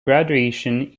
graduation